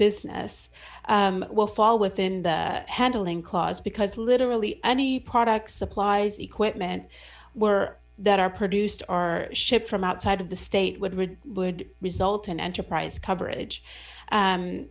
business will fall within the handling clause because literally any products supplies equipment were that are produced are shipped from outside of the state would would would result in enterprise coverage